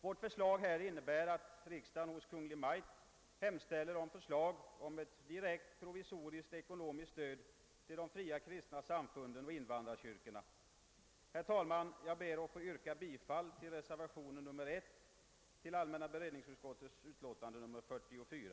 Vårt förslag innebär att riksdagen hos Kungl. Maj:t hemställer om förslag om ett provisoriskt, direkt ekonomiskt stöd till de fria kristna samfunden och invandrarkyrkorna. Herr talman! Jag ber att få yrka bifall till reservationen 1 vid allmänna beredningsutskottets utlåtande nr 44.